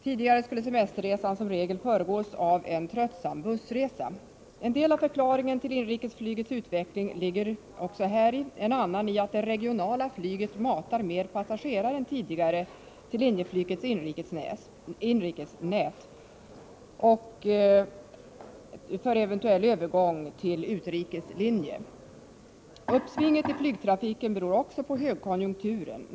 Tidigare skulle semesterresan som regel föregås av en tröttsam bussresa. En del av förklaringen till inrikesflygets utveckling ligger också häri, en annan i att det regionala flyget matar mer passagerare än tidigare till linjeflygets inrikesnät och till eventuell övergång till utrikeslinje. Uppsvinget i flygtrafiken beror också på högkonjunkturen.